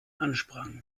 ansprangen